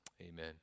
Amen